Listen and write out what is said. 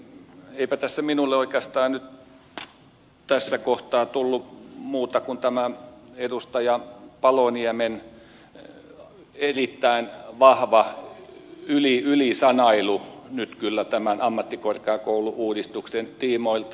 eipä minulle oikeastaan nyt tässä kohtaa tullut muuta kuin tämä edustaja paloniemen erittäin vahva ylisanailu nyt kyllä tämän ammattikorkeakoulu uudistuksen tiimoilta